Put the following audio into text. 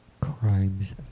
crimes